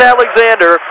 Alexander